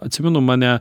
atsimenu mane